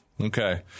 Okay